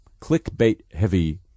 clickbait-heavy